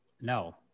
No